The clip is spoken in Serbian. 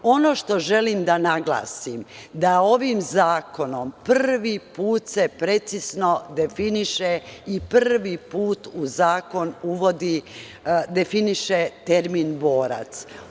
Ono što želim da naglasim, ovim zakonom se prvi put precizno definiše i prvi put zakon definiše termin borac.